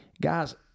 Guys